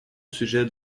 sujet